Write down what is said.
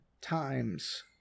times